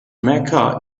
mecca